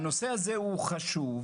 הנושא הזה הוא חשוב,